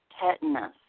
tetanus